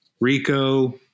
rico